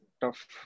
tough